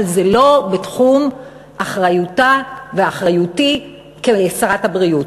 אבל זה לא בתחום אחריותה ואחריותי כשרת הבריאות.